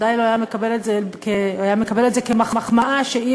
והוא ודאי היה מקבל את זה כמחמאה שאי-אפשר,